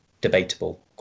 debatable